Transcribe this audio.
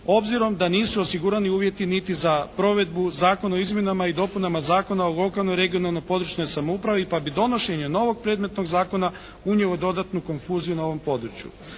obzirom da nisu osigurani uvjeti niti ta provedbu Zakona o izmjenama i dopunama Zakona o lokalnoj i regionalnoj (područnoj) samoupravi pa bi donošenje novog predmetnog zakona unijelo dodatno konfuziju na ovom području.